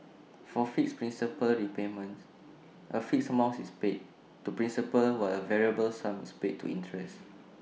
for fixed principal repayments A fixed amount is paid to principal while A variable sum is paid to interest